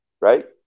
right